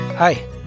Hi